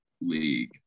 league